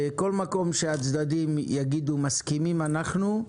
כל מקום שהצדדים יגידו "מסכימים אנחנו",